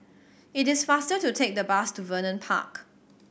it is faster to take the bus to Vernon Park